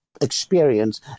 experience